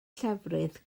llefrith